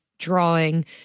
drawing